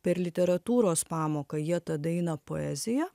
per literatūros pamoką jie tada eina poeziją